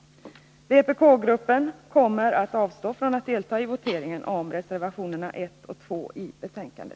Vpk-gruppen kommer att avstå från att delta i voteringen om reservationerna 1 och 2 i betänkandet.